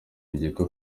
ryita